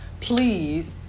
please